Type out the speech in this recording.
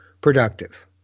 productive